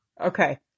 Okay